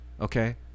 Okay